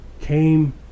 Came